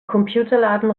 computerladen